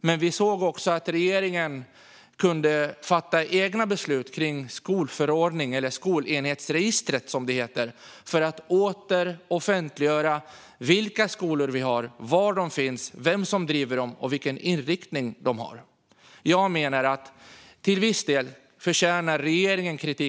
Men vi såg också att regeringen kunde fatta egna beslut kring skolförordningen - eller skolenhetsregistret, som det heter - för att åter offentliggöra vilka skolor vi har, var de finns, vem som driver dem och vilken inriktning de har. Jag menar att till viss del förtjänar regeringen kritik.